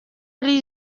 hari